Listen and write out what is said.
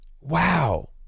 wow